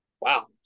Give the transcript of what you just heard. Wow